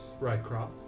Rycroft